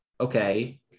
okay